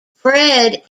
fred